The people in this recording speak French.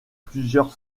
plusieurs